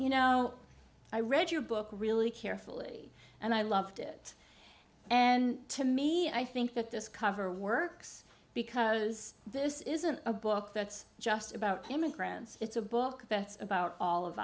you know i read your book really carefully and i loved it and to me i think that this cover works because this isn't a book that's just about immigrants it's a book that's about all of